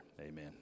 Amen